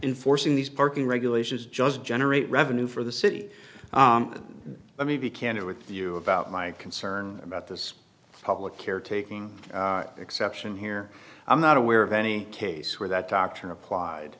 enforcing these parking regulations just generate revenue for the city let me be candid with you about my concern about this public care taking exception here i'm not aware of any case where that